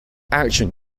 action